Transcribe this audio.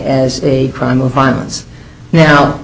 as a crime of violence now